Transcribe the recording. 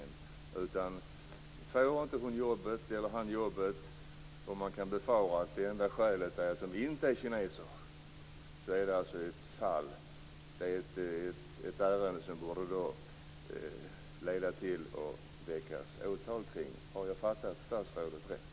Om han eller hon inte får jobbet och om man kan befara att det enda skälet till det är att han eller hon inte är kines är det ett ärende som borde leda till åtal. Har jag förstått statsrådet rätt?